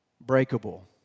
breakable